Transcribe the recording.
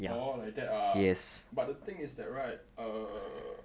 orh like that ah but the thing is that right err